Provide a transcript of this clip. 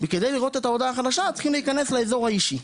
כדי לראות את ההודעה החדשה צריכים להיכנס לאזור האישי.